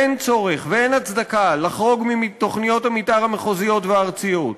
אין צורך ואין הצדקה לחרוג מתוכניות המתאר המחוזיות והארציות.